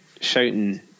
shouting